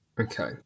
Okay